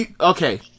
Okay